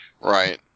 Right